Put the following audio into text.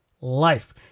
life